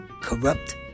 Corrupt